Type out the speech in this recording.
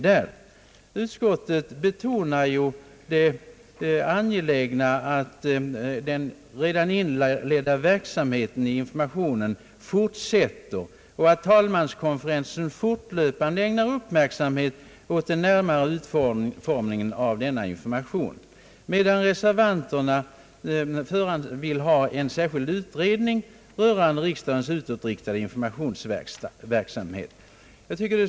Utskottsmajoriteten betonar det angelägna i att den redan inledda verksamheten i fråga om information fortsätter och räknar med att talmänskonferensen = fortlöpande ägnar uppmärksamhet åt den närmare utformningen av denna information, medan reservanterna vill ha en särskild utredning rörande riksdagens utåtriktade informationsverksamhet.